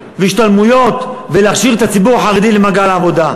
והשתלמויות ולהכשיר את הציבור החרדי למעגל העבודה.